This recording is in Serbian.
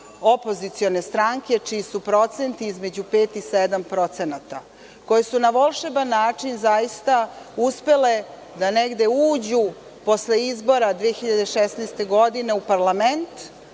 opozicione stranke čiji su procenti između pet i sedam procenata, koje su na volšeban način zaista uspele da negde uđu posle izbora 2016. godine u parlament